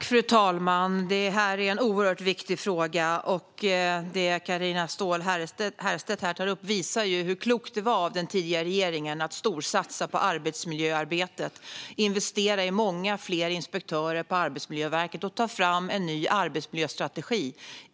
Fru talman! Detta är en oerhört viktig fråga. Det Carina Ståhl Herrstedt här tar upp visar hur klokt det var av den tidigare regeringen att storsatsa på arbetsmiljöarbetet, investera i många fler inspektörer på Arbetsmiljöverket och ta fram en ny arbetsmiljöstrategi.